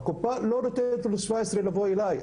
והקופה לא נותנת לו טופס 17 לבוא אלי.